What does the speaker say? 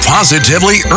Positively